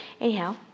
Anyhow